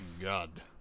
god